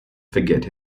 forget